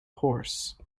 horse